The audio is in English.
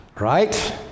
Right